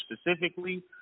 specifically